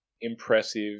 impressive